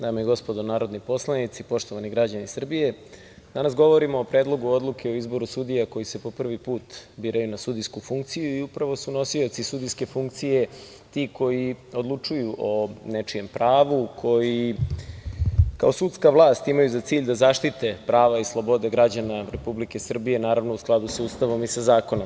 Dame i gospodo narodni poslanici, poštovani građani Srbije, danas govorimo o Predlogu odluke o izboru sudija koji se po prvi put biraju na sudijsku funkciju i upravo su nosioci sudijske funkcije ti koji odlučuju o nečijem pravu, koji kao sudska vlast imaju za cilj da zaštite prava i slobode građana Republike Srbije, naravno, u skladu sa Ustavom i sa zakonom.